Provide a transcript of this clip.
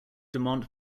dumont